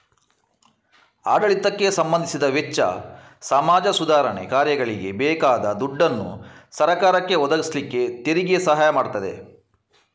ಆಡಳಿತಕ್ಕೆ ಸಂಬಂಧಿಸಿದ ವೆಚ್ಚ, ಸಮಾಜ ಸುಧಾರಣೆ ಕಾರ್ಯಗಳಿಗೆ ಬೇಕಾದ ದುಡ್ಡನ್ನ ಸರಕಾರಕ್ಕೆ ಒದಗಿಸ್ಲಿಕ್ಕೆ ತೆರಿಗೆ ಸಹಾಯ ಮಾಡ್ತದೆ